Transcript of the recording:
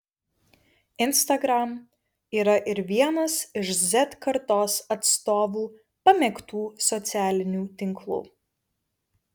instagram yra ir vienas iš z kartos atstovų pamėgtų socialinių tinklų